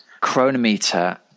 chronometer